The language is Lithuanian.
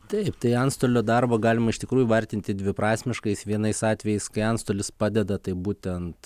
taip tai antstolio darbą galima iš tikrųjų vertinti dviprasmiškais vienais atvejais kai antstolis padeda tai būtent